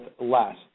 less